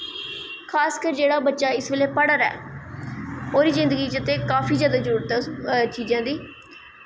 खासकर जेह्ड़ा बच्चा इसलै पढ़ा दा ऐ ओह्दी जिन्दगी च ते काफी जादा जरूरत ऐ उस चीज़ं दी